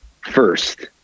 first